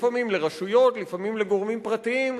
לפעמים לרשויות, לפעמים לגורמים פרטיים.